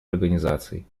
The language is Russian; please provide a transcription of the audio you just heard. организаций